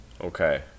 Okay